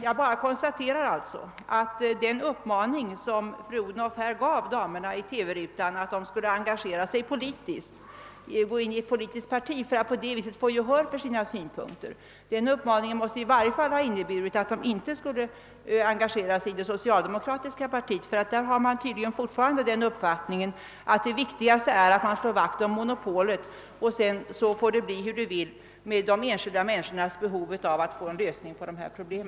Jag konstaterar alltså att den uppmaning fru Odhnoff gav damerna i det aktuella TV-programmet, d.v.s. att de skulle gå in i ett politiskt parti för att på denna väg få gehör för sina synpunkter, i varje fall inte kan ha inneburit att de skulle engagera sig i det socialdemokratiska partiet. Där har man tydligen fortfarande den uppfattningen att det viktigaste är att slå vakt om arbetsförmedlingsmonopolet. Sedan får det bli hur det vill med de enskilda människornas behov av att få en lösning på sina problem.